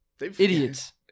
Idiots